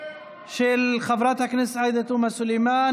של חברת הכנסת עאידה תומא סלימאן,